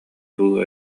дуу